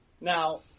Now